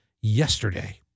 yesterday